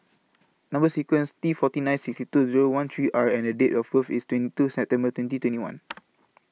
Number sequence T forty nine sixty two Zero one three R and The Date of birth IS twenty two September twenty twenty one